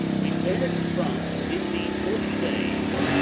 repair to france within these forty days,